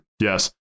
yes